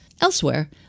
Elsewhere